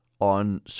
on